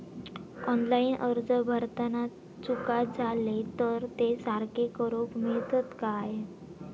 Online अर्ज भरताना चुका जाले तर ते सारके करुक मेळतत काय?